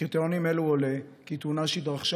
מקריטריונים אלו עולה כי תאונה שהתרחשה